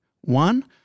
One